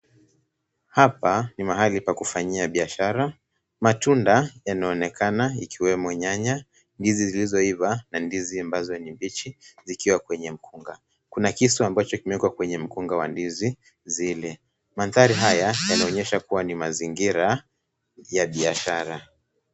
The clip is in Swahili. Hapa, ni mahali pa kufanyia biashara. Matunda yanaonekana, ikiwemo nyanya, ndizi zilizoiva na ndizi ambazo ni mbichi zikiwa kwenye mkunga. Kuna kisu ambacho kimewekwa kwenye mkunga wa ndizi zile. Manthari haya yanaonyesha kuwa ni mazingira ya biashara.